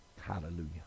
Hallelujah